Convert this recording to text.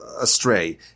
astray